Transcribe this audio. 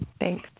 Thanks